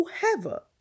whoever